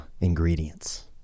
ingredients